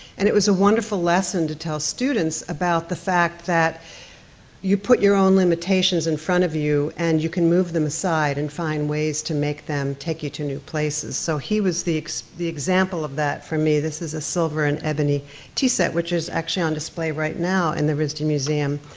and it was a wonderful lesson to tell students about the fact that you put your own limitations in front of you, and you can move them aside and find ways to make them take you to new places, so he was the the example of that for me. this is a silver and ebony tea set, which is actually on display right now in the risd museum.